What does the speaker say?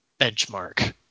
benchmark